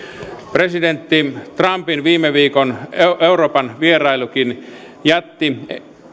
presidentti trumpin viime viikon euroopan vierailukin jätti